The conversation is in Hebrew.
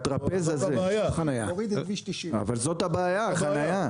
הטרפז הזה, זאת הבעיה, החניה.